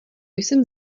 jsem